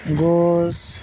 گوشت